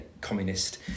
communist